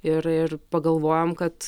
ir ir pagalvojom kad